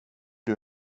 det